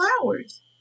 flowers